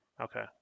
Okay